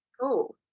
Cool